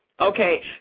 okay